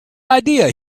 idea